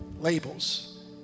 Labels